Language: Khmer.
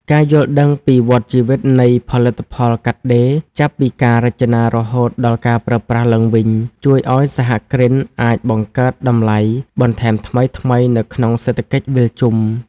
ការយល់ដឹងពីវដ្តជីវិតនៃផលិតផលកាត់ដេរ ចាប់ពីការរចនារហូតដល់ការប្រើប្រាស់ឡើងវិញ ជួយឱ្យសហគ្រិនអាចបង្កើតតម្លៃបន្ថែមថ្មីៗនៅក្នុងសេដ្ឋកិច្ចវិលជុំ។